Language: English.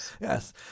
Yes